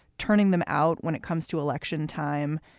turning them out when it comes to election time.